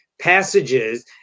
passages